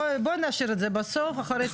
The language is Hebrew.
בוא נשאיר את זה בסוף אחרי הכל.